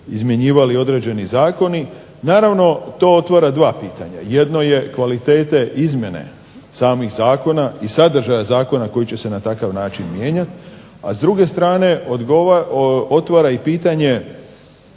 izmjenjivali određeni zakoni. To otvara dva pitanja. Jedno je kvalitete izmjene samih Zakona i sadržaja zakona koji će se na takav način mijenjati, a s druge strane otvara pitanje